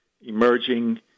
emerging